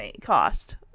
cost